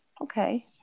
okay